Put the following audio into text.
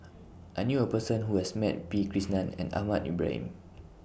I knew A Person Who has Met P Krishnan and Ahmad Ibrahim